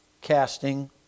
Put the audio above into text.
casting